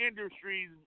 industries